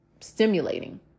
stimulating